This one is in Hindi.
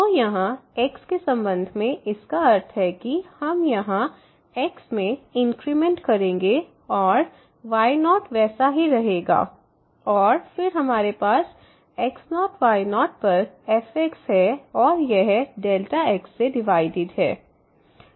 तो यहाँ x के संबंध में इसका अर्थ है कि हम यहाँ x में इंक्रीमेंट करेंगे और y0 वैसे ही रहेगा और फिर हमारे पास x0y0 पर fx है और यह xसे डिवाइड है